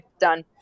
Done